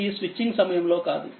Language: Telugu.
ఇది స్విచింగ్ సమయం లో కాదు